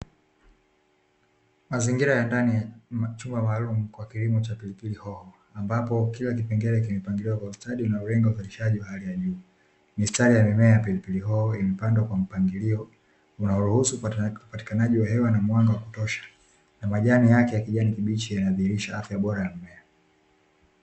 Mazingira ya ndani ya chumba maalumu kwa kilimo cha pilipili hoho, ambapo kila kipengele kimepangiliwa kwa ustadi unaolenga uzalishaji wa hali ya juu. Mistari ya mimea ya pilipili hoho, imepandwa kwa mpangilio unaoruhusu upatikanaji wa hewa na mwanga wa kutosha, na majani yake ya kijani kibichi yanadhihirisha afya ya mimea.